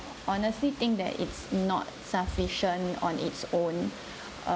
honestly think that it's not sufficient on its own